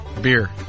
Beer